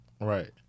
Right